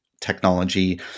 technology